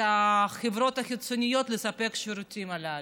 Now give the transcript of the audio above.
החברות החיצוניות לספק את השירותים הללו,